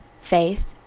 Faith